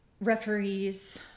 referees